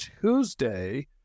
Tuesday